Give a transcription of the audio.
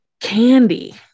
candy